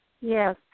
Yes